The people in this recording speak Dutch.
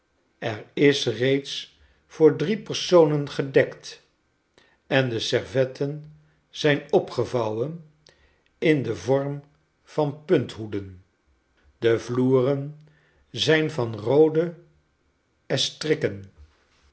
er is reeds voor drie personen gedekt en de servetten zijn opgevouwen in den vorm van punthoeden de vloeren zijn van roode estrikken